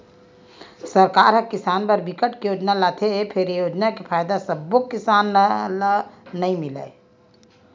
सरकार ह किसान बर बिकट के योजना लाथे फेर ए योजना के फायदा सब्बो किसान ल नइ मिलय